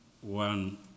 one